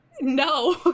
no